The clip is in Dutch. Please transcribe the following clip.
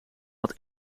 had